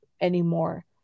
anymore